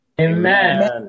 Amen